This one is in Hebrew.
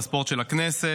התרבות והספורט של הכנסת,